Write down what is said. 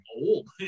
old